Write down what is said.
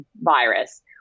virus